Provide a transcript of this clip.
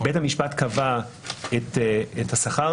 אתה יודע לעשות את החישוב לבד,